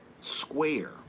square